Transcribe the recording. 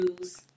use